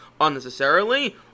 unnecessarily